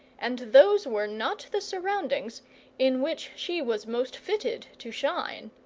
and those were not the surroundings in which she was most fitted to shine.